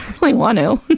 really want to.